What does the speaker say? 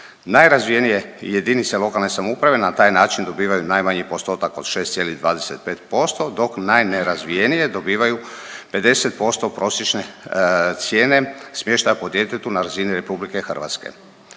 Najrazvijenije jedinice lokalne samouprave na taj način dobivaju najmanji postotak od 6,25% dok najnerazvijenije dobivaju 50% prosječne cijene smještaja po djetetu na razini Republike Hrvatske.